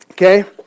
Okay